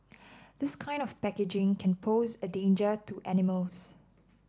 this kind of packaging can pose a danger to animals